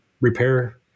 repair